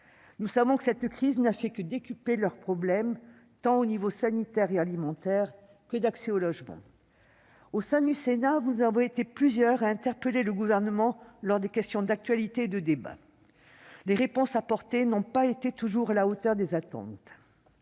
Nous savons que cette crise n'a fait que décupler leurs problèmes, tant du point de vue sanitaire et alimentaire qu'en matière d'accès au logement. Au Sénat, nous avons été plusieurs à interpeller le Gouvernement lors des questions d'actualité et à l'occasion de débats. Les réponses apportées n'ont pas toujours été à la hauteur des attentes.